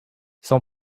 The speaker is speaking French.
son